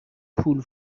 پول